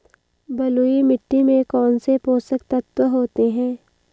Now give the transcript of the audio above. बलुई मिट्टी में कौनसे पोषक तत्व होते हैं?